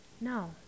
No